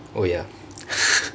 oh ya